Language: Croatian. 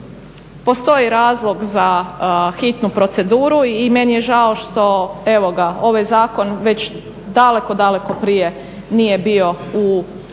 Postoji razlog za hitnu proceduru i meni je žao što ovaj zakon već daleko, daleko prije nije bio u saborskoj